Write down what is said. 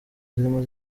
zirimo